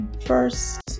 first